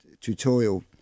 tutorial